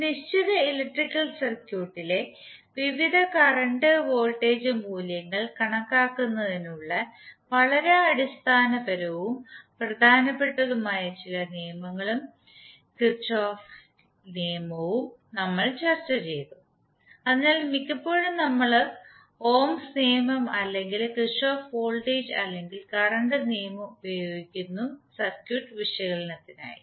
ഒരു നിശ്ചിത ഇലക്ട്രിക്കൽ സർക്യൂട്ടിലെ വിവിധ കറന്റ് വോൾട്ടേജ് മൂല്യങ്ങൾ കണക്കാക്കുന്നതിനുള്ള വളരെ അടിസ്ഥാനപരവും പ്രധാനപ്പെട്ടതുമായ ചില നിയമങ്ങളും കിർചോഫ്kirchhoff's law നിയമവും നമ്മൾചർച്ചചെയ്തു അതിനാൽ മിക്കപ്പോഴും നമ്മൾ ഓംസ് ohm's law നിയമം അല്ലെങ്കിൽ കിർചോഫ് വോൾട്ടേജ് അല്ലെങ്കിൽ കറന്റ് നിയമം ഉപയോഗിക്കുന്നു സർക്യൂട്ട് വിശകലനത്തിനായി